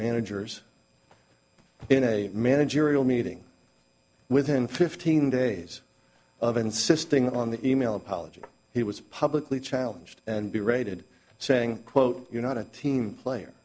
managers in a managerial meeting within fifteen days of insisting on the email apology he was publicly challenged and b rated saying quote you're not a team player